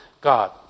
God